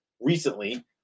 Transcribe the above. recently